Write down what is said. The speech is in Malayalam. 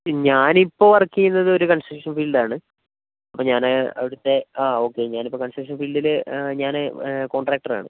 ഞാനിപ്പോൾ വർക്ക് ചെയ്യുന്നത് ഒരു കൺസ്ട്രക്ഷൻ ഫീൽഡിലാണ് അപ്പോൾ ഞാന് അവിടുത്തെ ആ ഓക്കെ ഞാനിപ്പോൾ കൺസ്ട്രക്ഷൻ ഫീൽഡിൽ ഞാന് കോൺട്രാക്ടർ ആണ്